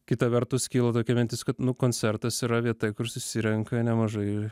kita vertus kyla tokia mintis kad nu koncertas yra vieta kur susirenka nemažai